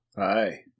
Hi